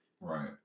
Right